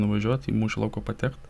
nuvažiuot į mūšio lauką patekt